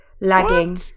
lagging